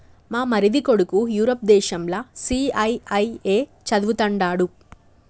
మా మరిది కొడుకు యూరప్ దేశంల సీఐఐఏ చదవతండాడు